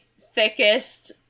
thickest